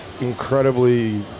incredibly